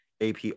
ap